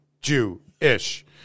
Jewish